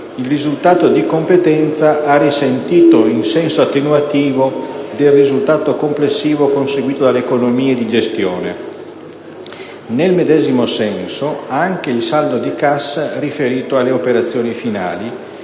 il risultato di competenza ha risentito in senso attenuativo del risultato complessivo conseguito dalle economie di gestione. Nel medesimo senso, anche il saldo di cassa riferito alle operazioni finali,